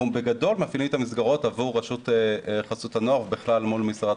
בגדול אנחנו מפעילים את המסגרות עבור חסות הנוער ובכלל מול משרד